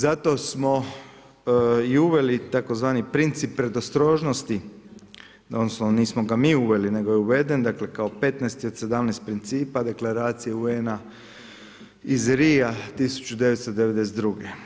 Zato smo i uveli tzv. princip predostrožnosti odnosno nismo ga mi uveli nego je uveden kao 15 od 17 principa, pa deklaracija UN-a iz Rija 1992.